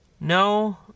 No